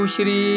Shri